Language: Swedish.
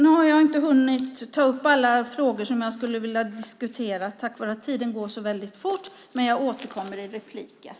Nu har jag inte hunnit ta upp alla frågor som jag skulle vilja diskutera eftersom tiden går fort, men jag återkommer i replikerna.